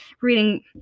reading